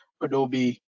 Adobe